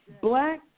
black